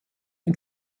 ihn